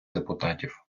депутатів